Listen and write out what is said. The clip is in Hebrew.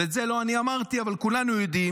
ואת זה לא אני אמרתי אבל כולנו יודעים: